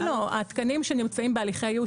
התקנים שנמצאים בהליכי איוש,